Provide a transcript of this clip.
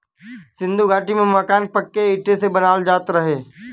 सिन्धु घाटी में मकान पक्के इटा से बनावल जात रहे